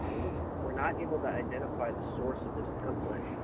ah, we're not able to identify the source of this template.